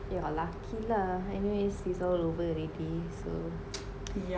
you are lucky lah anyways this is all over already so